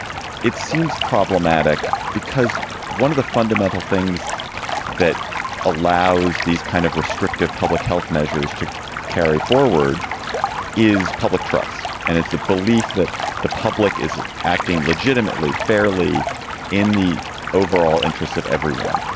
it seems problematic because one of the fundamental things that allows these kind of restrictive public health measures to carry forward is public trust. and it's the belief that the public is acting legitimately, fairly in the overall interests of everyone.